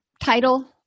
title